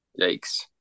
Yikes